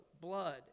blood